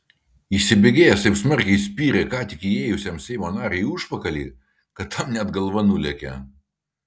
įsibėgėjęs taip smarkiai spyrė ką tik įėjusiam seimo nariui į užpakalį kad tam net galva nulėkė